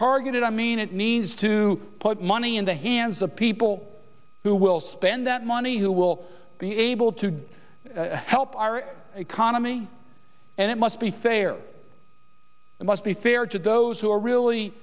targeted on i mean it means to put money in the hands of people who will spend that money who will be able to help our economy and it must be fair must be fair to those who are really